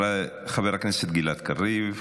חבר הכנסת גלעד קריב,